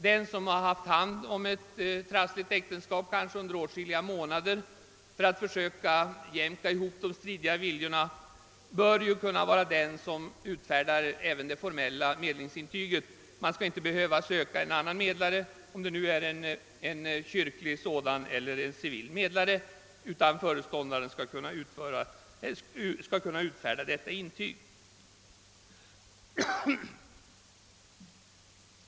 Den som har haft hand om ett trassligt äktenskap, kanske under åtskilliga månader för att försöka jämka samman de stridiga viljorna bör också kunna utfärda det formella medlingsintyget. Man skall inte behöva söka en annan — kyrklig eller civil — medlare, utan byråföreståndaren skall kunna utfärda detta intyg.